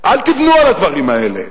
אל תבנו על הדברים האלה.